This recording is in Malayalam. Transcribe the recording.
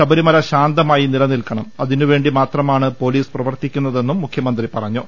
ശബരിമല ശാന്തമായി നിലനിൽക്കണം അതിനുവേണ്ടി മാത്രമാണ് പൊലീസ് പ്രവർത്തിക്കുന്ന തെന്നും മുഖ്യമന്ത്രി പറഞ്ഞു